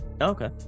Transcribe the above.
Okay